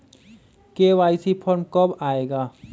KYC form कब आए गा?